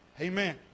Amen